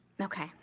Okay